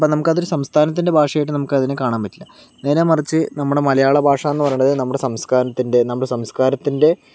അപ്പം നമുക്കതൊരു സംസ്ഥാനത്തിൻ്റെ ഭാഷ നമുക്കതിനെ കാണാൻ പറ്റില്ല നേരെമറിച്ച് നമ്മുടെ മലയാള ഭാഷാന്ന് പറയണത് നമ്മുടെ സംസ്കാരത്തിൻ്റെ നമ്മുടെ സംസ്കാരത്തിൻ്റെ